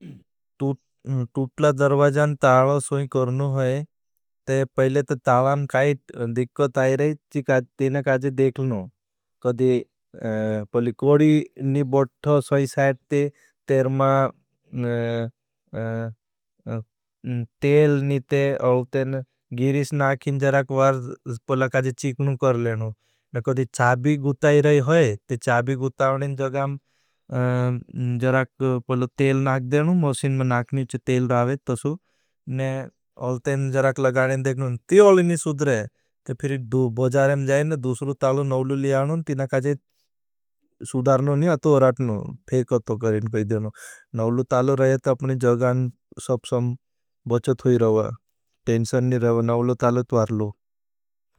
तूटला दर्वाजान तालो करना है, ते पहले ते तालां काई दिक्कोत आई रहे, तेन काज़े देखना। कदी कोड़ी नी बठ्थो स्वाई साइट ते, तेर मा तेल नी ते अल तेन गीरिश नाखें जराक वार पहला काज़े चिकना कर लेना। कदी चाबी गुत आई रहे हैं, ते चाबी गुत आउनें जगां जराक पहले तेल नाख देना। मॉसीन में नाख नीचे तेल रावेत तसु, ने अल तेन जराक लगानें देखना। ती अल नी सुद्रे, ते फिर भुजारें जाएं ने दूसरु तालो नौलु लियावन करते हैं।